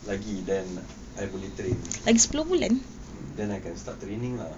lagi dan I boleh train mm then I can start training ah